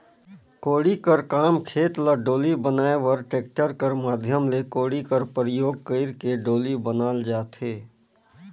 कोड़ी कर काम खेत ल डोली बनाए बर टेक्टर कर माध्यम ले कोड़ी कर परियोग कइर के डोली बनाल जाथे